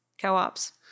co-ops